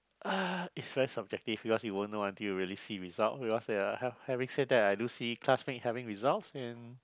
uh it's very subjective because you won't know until you really see result because there are having said that I do see classmate having result and